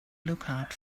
lookout